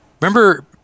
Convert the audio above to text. Remember